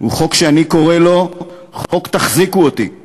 הוא חוק שאני קורא לו "חוק תחזיקו אותי";